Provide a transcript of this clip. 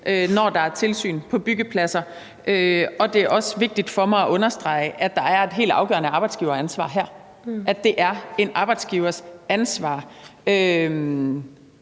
når der er tilsyn på byggepladser, og det er også vigtigt for mig at understrege, at der er et helt afgørende arbejdsgiveransvar her, altså at det er en arbejdsgivers ansvar,